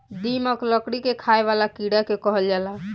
दीमक, लकड़ी के खाए वाला कीड़ा के कहल जाला